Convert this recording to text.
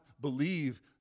believe